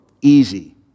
easy